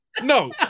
no